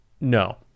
No